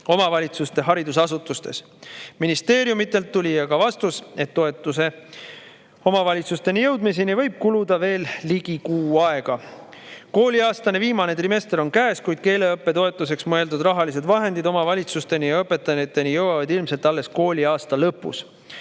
omavalitsuste haridusasutustes. Ministeeriumilt tuli aga vastus, et toetuse omavalitsusteni jõudmiseni võib kuluda veel ligi kuu aega. Kooliaasta viimane trimester on käes, kuid keeleõppetoetuseks mõeldud rahalised vahendid omavalitsusteni ja õpetajateni jõuavad ilmselt alles kooliaasta lõpus.